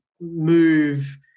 move